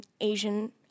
Asian